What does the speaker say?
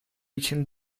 için